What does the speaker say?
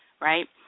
right